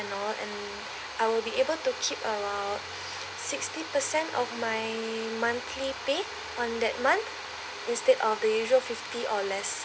and all and I will be able to keep about sixty percent of my monthly pay on that month instead of the usual fifty or less